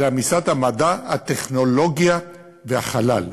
אלא משרד המדע, הטכנולוגיה והחלל.